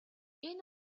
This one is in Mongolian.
энэ